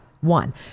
one